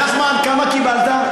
נחמן, כמה קיבלת?